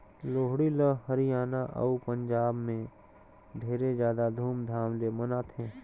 लोहड़ी ल हरियाना अउ पंजाब में ढेरे जादा धूमधाम ले मनाथें